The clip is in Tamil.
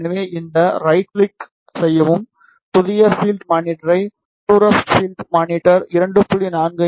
எனவே இந்த ரைட் கிளிக் செய்யவும் புதிய பீல்ட் மானிட்டரை தூர பீல்ட் மானிட்டர் 2